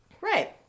right